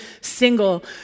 single